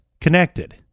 connected